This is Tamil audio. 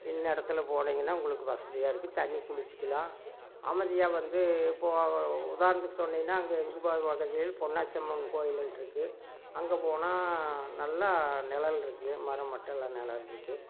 இந்த இடத்துல போனீங்கன்னால் உங்களுக்கு வசதியாக இருக்கும் தண்ணி குளிச்சுக்கலாம் அமைதியாக வந்து இப்போது உதாரணத்துக்கு சொன்னிங்கன்னால் அங்கே பாதையில் பொன்னாச்சி அம்மன் கோயிலுன்ட்டு இருக்குது அங்கே போனால் நல்லா நெழல் இருக்குது மரம் மட்டும் இல்லை நெழல் இருக்குது